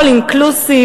all inclusive,